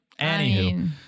Anywho